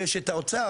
ויש את האוצר,